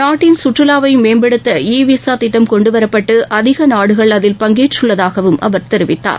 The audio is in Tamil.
நாட்டின் சுற்றுலாவை மேம்படுத்த இ விசா திட்டம் கொண்டுவரப்பட்டு அதிக நாடுகள் அதில் பங்கேற்றுள்ளதாகவும் அவர் தெரிவித்தார்